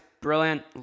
brilliant